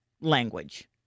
language